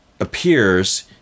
appears